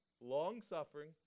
long-suffering